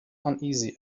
uneasy